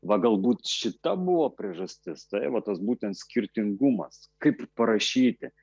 va galbūt šita buvo priežastis tai va tas būtent skirtingumas kaip parašyti